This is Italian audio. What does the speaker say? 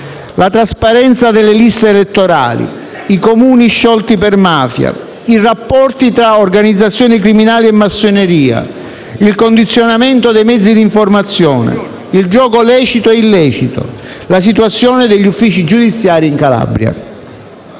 la trasparenza delle liste elettorali, i Comuni sciolti per mafia, i rapporti tra organizzazioni criminali e massoneria, il condizionamento dei mezzi di informazione, il gioco lecito e illecito, la situazione degli uffici giudiziari in Calabria.